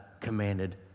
commanded